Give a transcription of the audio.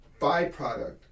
byproduct